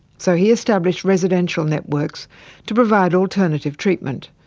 so he established residential networks to provide alternative treatment,